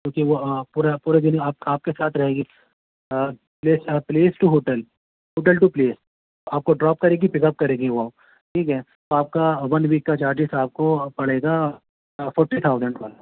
کیونکہ وہ پورے پورے دن آپ آپ کے ساتھ رہے گی place place to hotel hotel to place آپ کو ڈروپ کرے گی پک اپ کرے گی وہ ٹھیک ہے تو آپ کا ون ویک کا چارجز آپ کو پڑے گا فورٹی تھاؤزینڈ